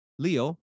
Leo